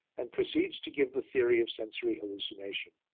and proceeds to give the theory of sensory hallucination.